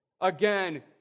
Again